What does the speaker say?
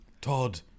Todd